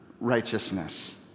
righteousness